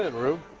and rube.